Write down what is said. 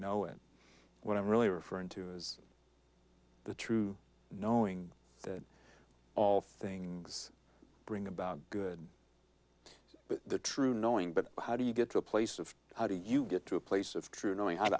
know it when i'm really referring to is the true knowing that all things bring about good the true knowing but how do you get to a place of how do you get to a place of truth knowing how